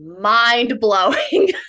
mind-blowing